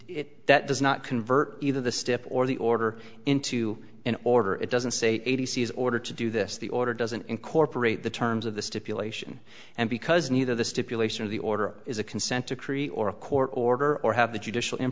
that does not convert either the steps or the order into an order it doesn't say a t c is ordered to do this the order doesn't incorporate the terms of the stipulation and because neither the stipulation of the order is a consent decree or a court order or have the judicial in